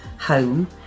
home